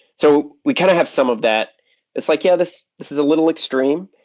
so we kind of have some of that it's like, yeah, this this is a little extreme.